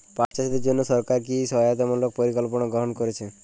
পাট চাষীদের জন্য সরকার কি কি সহায়তামূলক পরিকল্পনা গ্রহণ করেছে?